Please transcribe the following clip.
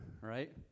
right